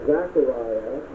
Zechariah